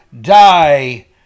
die